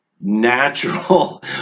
natural